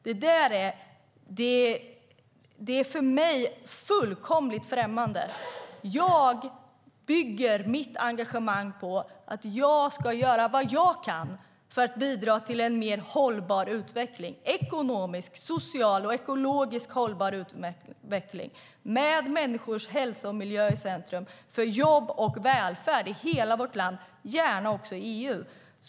Det där är för mig fullkomligt främmande. Jag bygger mitt engagemang på att jag ska göra vad jag kan för att bidra till en ekonomiskt, socialt och ekologiskt mer hållbar utveckling, med människors hälsa och miljö i centrum och för jobb och välfärd i hela vårt land - och gärna också i EU.